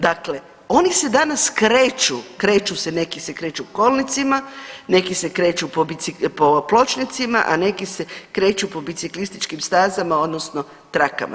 Dakle, ono se danas kreću, kreću se, neki se kreću kolnicima, neki se kreću po pločnicima, a neki se kreću po biciklističkim stazama odnosno trakama.